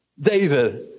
David